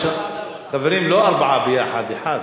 חברים, לא ארבעה ביחד, אחד.